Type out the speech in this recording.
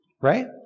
Right